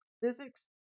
physics